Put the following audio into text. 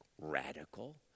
radical